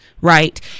right